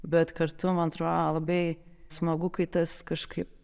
bet kartu man atrodo labai smagu kai tas kažkaip